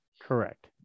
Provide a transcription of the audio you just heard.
correct